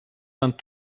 van